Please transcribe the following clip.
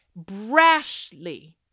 brashly